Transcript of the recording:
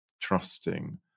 trusting